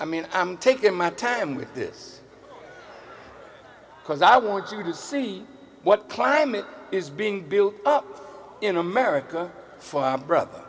i mean i'm taking my time with this because i want you to see what climate is being built up in america brother